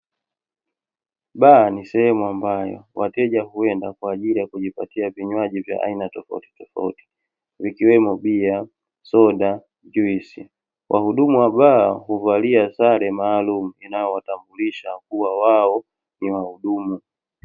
Baa ni sehemu ambayo wateja huenda kwa ajili ya kujipatia vinywaji vya aina tofauti tofauti, vikiwemo bia, soda, juisi. Wahudumu wa baa huvalia sare maalumu, inayowatambulisha kuwa wao ni wahudumu.